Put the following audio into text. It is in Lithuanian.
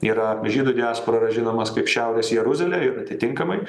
yra žydų diaspora yra žinomas kaip šiaurės jeruzalė ir atitinkamai